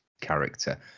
character